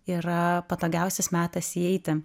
yra patogiausias metas įeiti